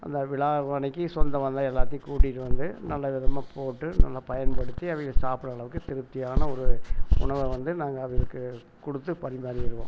அந்த விழா அன்றைக்கு சொந்த பந்தம் எல்லாத்தையும் கூட்டிகிட்டு வந்து நல்ல விதமாக போட்டு நல்லா பயன்படுத்தி அதுக சாப்பிடற அளவுக்கு திருப்தியான ஒரு உணவை வந்து நாங்கள் அவங்களுக்கு கொடுத்து பரிமாரிடுவோம்